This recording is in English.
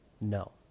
No